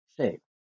shape